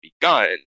begun